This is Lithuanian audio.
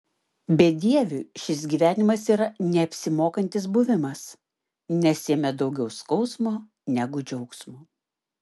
bedieviui šis gyvenimas yra neapsimokantis buvimas nes jame daugiau skausmo negu džiaugsmo